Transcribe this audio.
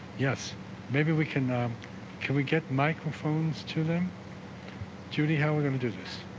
yes maybe we can can we get microphones to them judy how we're gonna do this